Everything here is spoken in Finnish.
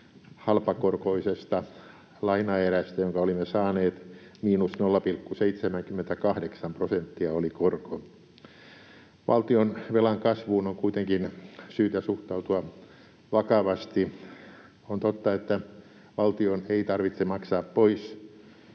halpakorkoisesta lainaerästä, jonka olimme saaneet: ‑0,78 prosenttia oli korko. Valtionvelan kasvuun on kuitenkin syytä suhtautua vakavasti. On totta, että valtion ei tarvitse maksaa pois